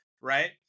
right